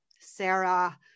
Sarah